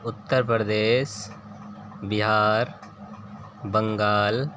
Uttar Pradesh Bihar Bengal